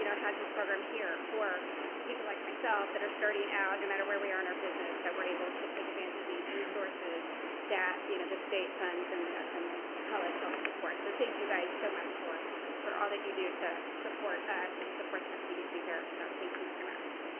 you know has this program here for people like myself that are starting out no matter where we are in our business that we're able to take advantage of these resources that you know the state funds and the and the college helps support. so thank you guys so much for for all that you do to support us and support the sbdc here. so thank you very much.